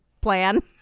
plan